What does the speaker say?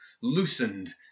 loosened